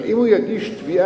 אבל אם הוא יגיש תביעה